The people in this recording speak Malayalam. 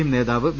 എം നേതാവ് വി